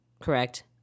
correct